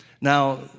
Now